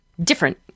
different